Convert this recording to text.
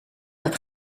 dat